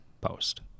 post